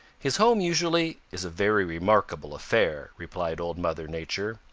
his home usually is a very remarkable affair, replied old mother nature.